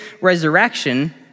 resurrection